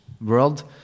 world